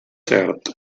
cert